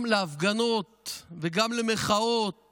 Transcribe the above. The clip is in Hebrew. גם להפגנות גם למחאות